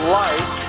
life